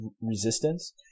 resistance